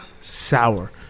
sour